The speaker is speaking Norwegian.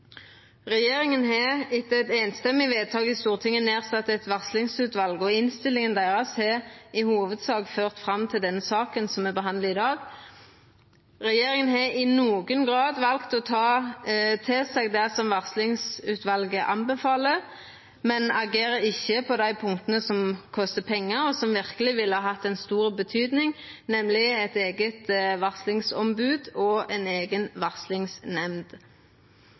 Regjeringa har etter eit samrøystes vedtak i Stortinget sett ned eit varslingsutval, og innstillinga deira har i hovudsak ført fram til saka som me behandlar i dag. Regjeringa har til ein viss grad valt å ta til seg det som varslingsutvalet anbefaler, men agerer ikkje på dei punkta som kostar pengar, og som verkeleg ville hatt stor betyding, nemleg eit eige varslingsombod og